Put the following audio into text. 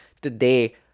today